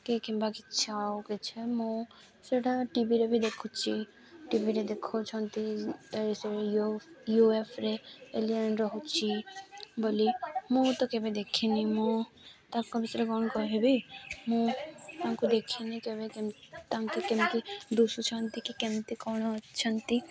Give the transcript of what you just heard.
କି କିମ୍ବା କିଛି ଆଉ କିଛି ମୁଁ ସେଇଟା ଟିଭିରେ ବି ଦେଖୁଛି ଟିଭିରେ ଦେଖଉଛନ୍ତି ୟୁ ୟୁଏଫରେ ଏଲିଏନ୍ ରହୁଛି ବୋଲି ମୁଁ ତ କେବେ ଦେଖିନି ମୁଁ ତାଙ୍କ ବିଷୟରେ କ'ଣ କହିବି ମୁଁ ତାଙ୍କୁ ଦେଖିନି କେବେ କି ତାଙ୍କୁ କେମିତି ଦିଶୁଛନ୍ତି କି କେମିତି କ'ଣ ଅଛନ୍ତି